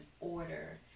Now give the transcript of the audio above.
order